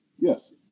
Yes